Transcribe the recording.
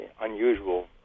unusual